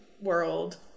world